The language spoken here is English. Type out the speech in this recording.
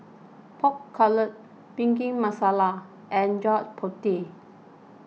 Pork Knuckle Bhindi Masala and Gudeg Putih